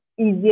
easier